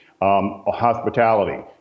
Hospitality